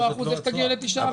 4 אחוז איך תגיע ל-9?